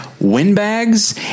windbags